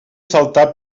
saltar